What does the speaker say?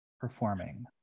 performing